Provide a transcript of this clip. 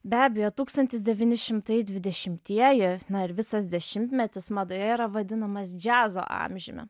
be abejo tūkstantis devyni šimtai dvidešimtieji na ir visas dešimtmetis madoje yra vadinamas džiazo amžiumi